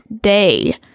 day